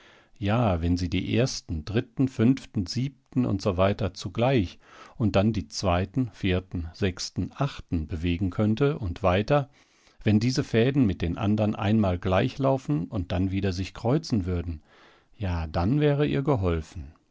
ja wenn sie die ersten dritten fünften siebten usw zugleich und dann die zweiten vierten sechsten achten bewegen könnte und weiter wenn diese fäden mit den anderen einmal gleichlaufen und dann wieder sich kreuzen würden dann ja dann wäre ihr geholfen